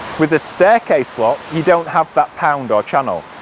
with the staircase lock you don't have that pound or channel.